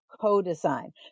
co-design